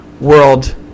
world